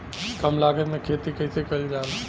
कम लागत में खेती कइसे कइल जाला?